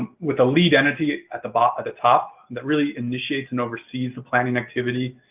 with a lead entity at the but the top that really initiates and oversees the planning activity,